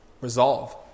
resolve